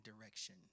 direction